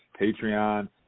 Patreon